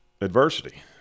adversity